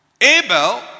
Abel